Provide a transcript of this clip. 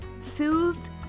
soothed